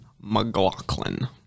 McLaughlin